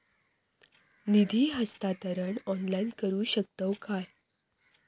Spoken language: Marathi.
निधी हस्तांतरण ऑनलाइन करू शकतव काय?